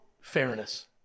fairness